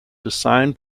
design